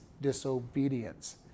disobedience